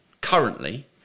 currently